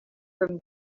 from